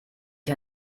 ich